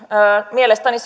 mielestäni